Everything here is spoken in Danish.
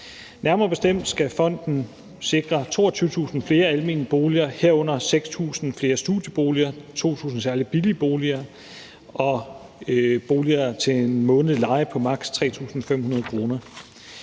Nærmere bestemt skal fonden sikre 22.000 flere almene boliger, herunder 6.000 flere studieboliger, 2.000 særlig billige boliger; boliger til en månedlig leje på maks. 3.500 kr.